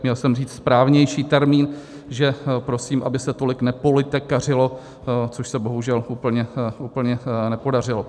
Měl jsem říct správnější termín, že prosím, aby se tolik nepolitikařilo, což se bohužel úplně, úplně nepodařilo.